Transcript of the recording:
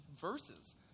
verses